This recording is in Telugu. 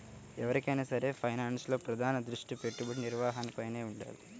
ఎవరికైనా సరే ఫైనాన్స్లో ప్రధాన దృష్టి పెట్టుబడి నిర్వహణపైనే వుండాలి